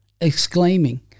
exclaiming